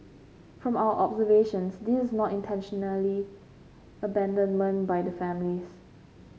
from our observations this is not intentionally abandonment by the families